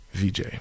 VJ